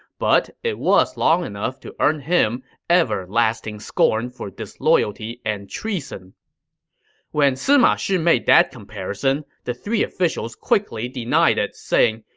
but it was long enough to earn him everlasting scorn for disloyalty and treason when sima shi made that comparison, the three officials quickly denied it, saying,